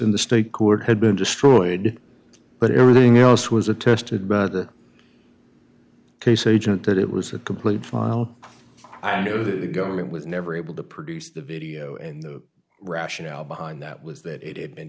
in the state court had been destroyed but everything else was attested by the case agent that it was a complete trial i know that the government was never able to produce the video and the rationale behind that was that it had been